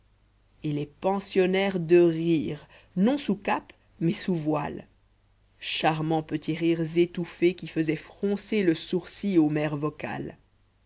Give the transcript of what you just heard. et les pensionnaires de rire non sous cape mais sous voile charmants petits rires étouffés qui faisaient froncer le sourcil aux mères vocales